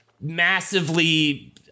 massively